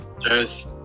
Cheers